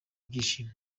ibyishimo